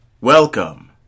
Welcome